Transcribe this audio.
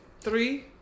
three